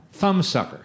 Thumbsucker